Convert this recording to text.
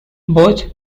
both